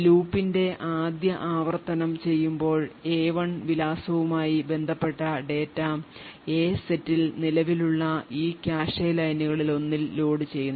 ലൂപ്പിന്റെ ആദ്യ ആവർത്തനം ചെയ്യുമ്പോൾ A1 വിലാസവുമായി ബന്ധപ്പെട്ട ഡാറ്റ A സെറ്റിൽ നിലവിലുള്ള ഈ കാഷെ ലൈനുകളിലൊന്നിൽ ലോഡുചെയ്യുന്നു